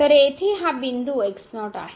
तर येथे हा बिंदू x0 आहे